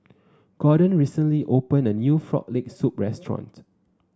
Gordon recently opened a new Frog Leg Soup restaurant